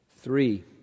Three